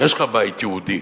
יש לך בית יהודי,